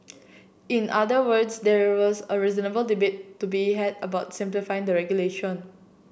in other words there was a reasonable debate to be had about simplifying the regulation